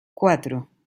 cuatro